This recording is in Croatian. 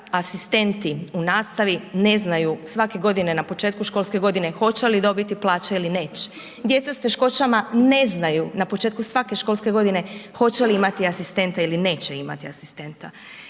asistenti u nastavi ne znaju svake godine na početku školske godine hoće li dobiti plaće ili neće, djeca s teškoćama ne znaju na početku svake školske godine hoće li imati asistenta ili neće imati asistenta.